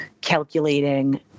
calculating